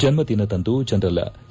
ಜನ್ಮದಿನದಂದು general K